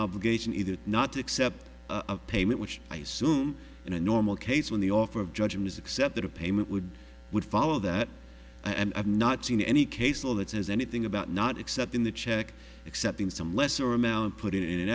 obligation either not to accept payment which i soon in a normal case when the offer of judgment is accepted or payment would would follow that and i've not seen any case law that says anything about not except in the check except in some lesser amount put in